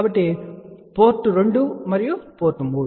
కాబట్టి పోర్ట్ 2 మరియు పోర్ట్ 3